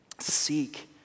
Seek